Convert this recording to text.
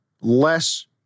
less